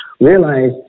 realize